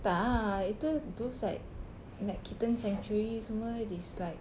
tak itu those like kittens and semua is like